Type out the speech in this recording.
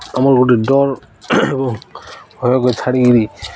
ଆମର ଗୋଟେ ଡର ଏବଂ ଭୟକେ ଛାଡ଼ିକିରି